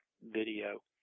video